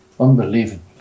Unbelievable